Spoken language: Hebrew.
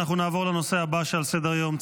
נעבור לנושא הבא שעל סדר-היום,